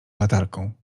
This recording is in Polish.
latarką